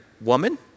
woman